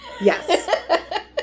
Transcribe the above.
Yes